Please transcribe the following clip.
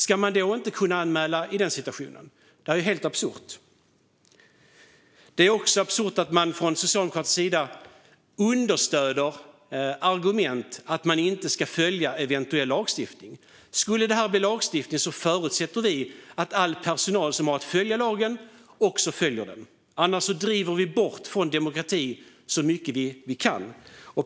Ska man då inte kunna anmäla? Det är ju helt absurt. Det är också absurt att Socialdemokraterna understöder argument att man inte ska följa eventuell lagstiftning. Skulle detta bli lagstiftning förutsätter vi att all personal som har att följa lagen också följer den. Annars driver man bort från demokratin.